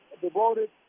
devoted